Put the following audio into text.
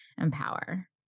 empower